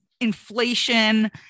inflation